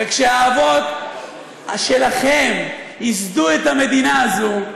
וכשהאבות שלכם ייסדו את המדינה הזאת,